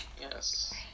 yes